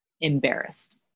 embarrassed